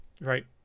right